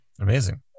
amazing